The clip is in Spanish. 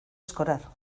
escorar